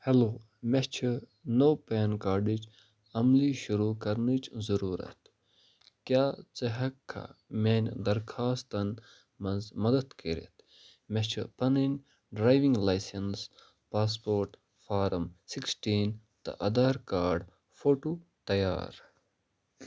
hello مےٚ چھِ نوٚو پین کارڈٕچ عملی شروٗع کرنٕچ ضروٗرت کیٛاہ ژٕ ہٮ۪ککھا میٛانہٕ درخاستن منٛز مدتھ کٔرِتھ مےٚ چھُ پنٕنۍ driving licence passport form sixteen تہٕ آدھار کارڈ فوٹوٗ تیار